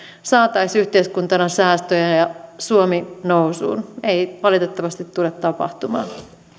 saataisiin yhteiskuntana säästöjä ja suomi nousuun ei valitettavasti tule tapahtumaan